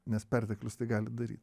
nes perteklius tai gali daryt